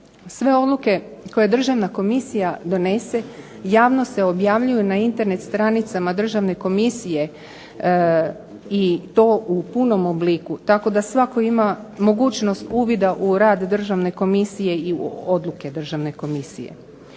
sve odluke koje državna komisija donese javno se objavljuju na Internet stranicama državne komisije i to u punom obliku, tako da svatko ima mogućnost uvida u rad državne komisije i odluke državne komisije.